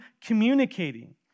communicating